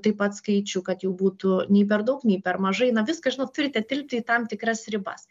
taip pat skaičių kad jų būtų nei per daug nei per mažai na viską žinot turite tilpti į tam tikras ribas